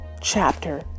chapter